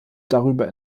darüber